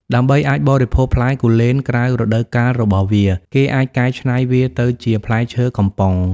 ដើម្បីអាចបរិភោគផ្លែគូលែនក្រៅរដូវកាលរបស់វា គេអាចកែច្នៃវាទៅជា ផ្លែឈើកំប៉ុង។